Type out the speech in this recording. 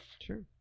Sure